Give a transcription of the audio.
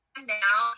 now